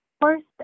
First